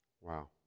Wow